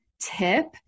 tip